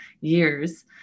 years